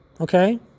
Okay